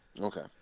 Okay